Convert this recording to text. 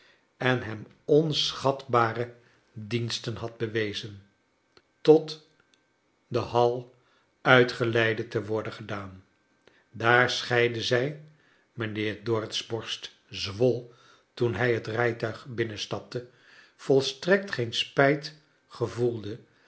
en hem onschatbare kleine dorrit diensten had toewezen tot de hall uitgeleide te worden gedaan i aar scheidden zrj mijnheer dorrit's borst zwol toen hij het rijtuig binnenstapte volstrekt geen spijt gevoelende